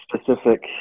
specific